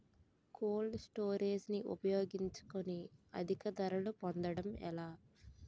Cold storage ని ఉపయోగించుకొని అధిక ధరలు పొందడం ఎలా?